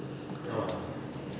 ah